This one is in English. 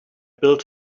built